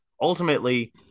ultimately